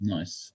Nice